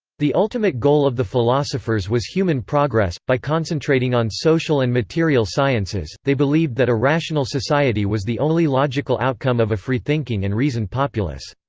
the ultimate goal of the philosophers was human progress by concentrating on social and material sciences, they believed that a rational society was the only logical outcome of a freethinking and reasoned populace.